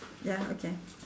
ya okay